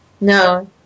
No